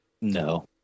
No